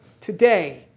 today